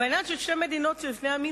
והעניין של שתי מדינות לשני עמים,